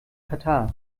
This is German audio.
katar